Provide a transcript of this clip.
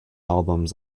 albums